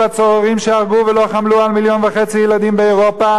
הצוררים שהרגו ולא חמלו על מיליון וחצי ילדים באירופה